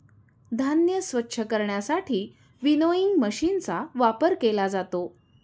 धान्य स्वच्छ करण्यासाठी विनोइंग मशीनचा वापर केला जातो